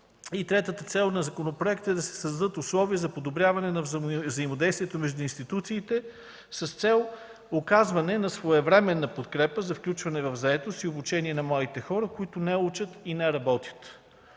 Третата цел е да се създадат условия за подобряване на взаимодействието между институциите с цел оказване на своевременна подкрепа за включване в заетост и обучение на младите хора, които не учат и не работят.